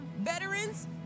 Veterans